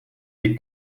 des